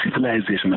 civilization